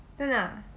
真的啊